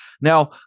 Now